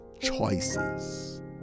choices